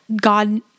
God